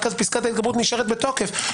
רק אז פסקת ההתגברות נשארת בתוקף.